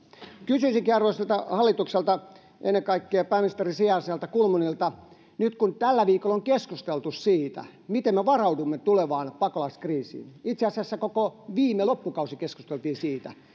kysyisinkin arvoisalta hallitukselta ennen kaikkea pääministerin sijaiselta kulmunilta nyt kun tällä viikolla on keskusteltu siitä miten me varaudumme tulevaan pakolaiskriisiin itse asiassa koko viime loppukausi keskusteltiin siitä